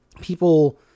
people